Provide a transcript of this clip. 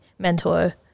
mentor